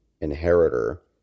inheritor